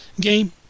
game